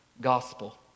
gospel